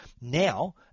Now